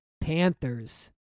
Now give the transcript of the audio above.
Panthers